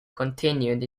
continued